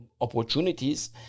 opportunities